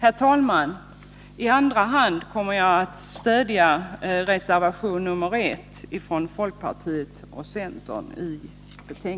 Herr talman! I andra hand kommer jag att stödja reservation 1 från folkpartiet och centern.